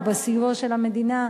או בסיוע של המדינה,